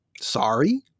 Sorry